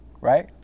right